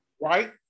right